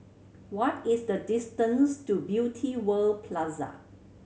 what is the distance to Beauty World Plaza